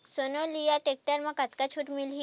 Sonalika tractor म कतका छूट मिलही?